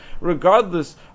regardless